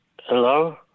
Hello